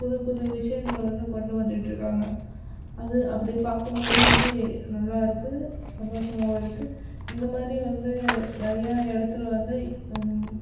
புது புது விஷயங்கள் வந்து கொண்டு வந்துட்டிருக்காங்க அது அப்படி பாக்கும்போது வந்து நல்லாருக்குது சந்தோஷமாகவும் இருக்குது இந்த மாதிரி வந்து நிறையா இடத்துல வந்து